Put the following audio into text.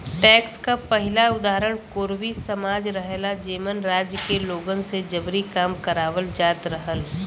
tax क पहिला उदाहरण कोरवी समाज रहल जेमन राज्य के लोगन से जबरी काम करावल जात रहल